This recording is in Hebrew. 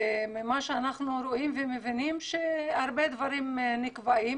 ממה שאנחנו רואים ומבינים הרבה דברים נקבעים